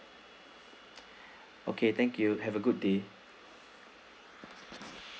okay thank you have a good day